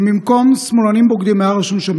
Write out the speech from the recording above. אם במקום "שמאלנים בוגדים" היה רשום שם